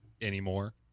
anymore